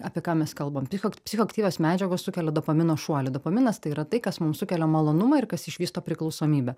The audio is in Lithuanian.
apie ką mes kalbam phiho psichoaktyvios medžiagos sukelia dopamino šuolį dopaminas tai yra tai kas mum sukelia malonumą ir kas išvysto priklausomybę